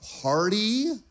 party